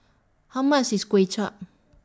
How much IS Kway Chap